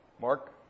Mark